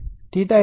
87 o